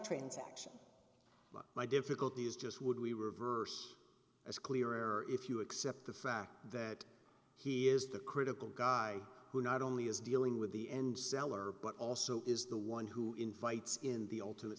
transaction my difficulties just would we reverse as clearer if you accept the fact that he is the critical guy who not only is dealing with the end seller but also is the one who invites in the ultimate